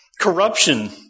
corruption